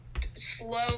slow